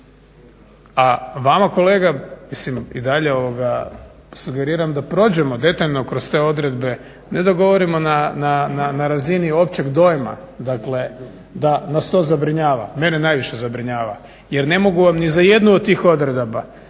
A vama kolega, mislim i dalje sugeriram da prođemo detaljno kroz te odredbe, ne da govorimo na razini općeg dojma. Dakle, da nas to zabrinjava, mene najviše zabrinjava jer ne mogu vam ni za jednu od tih odredaba